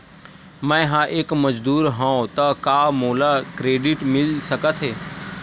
मैं ह एक मजदूर हंव त का मोला क्रेडिट मिल सकथे?